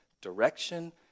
direction